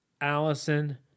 Allison